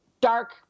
dark